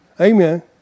Amen